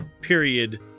Period